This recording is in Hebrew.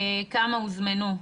כמה הוזמנו,